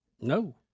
No